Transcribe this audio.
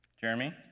Jeremy